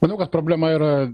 manau kad problema yra